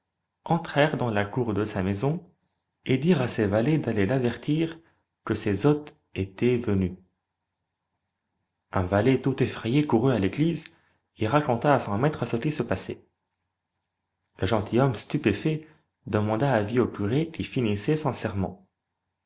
entrèrent dans la cour de sa maison et dirent à ses valets d'aller l'avertir que ses hôtes étaient venus un valet tout effrayé courut à l'église et raconta à son maître ce qui se passait le gentilhomme stupéfait demanda avis au curé qui finissait son